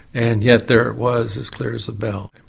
and yet there it was, as clear as a bell.